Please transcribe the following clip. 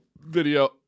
Video